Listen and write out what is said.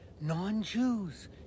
non-Jews